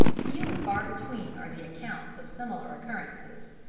few and far between are the accounts of similar occurrences.